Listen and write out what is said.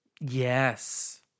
Yes